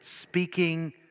Speaking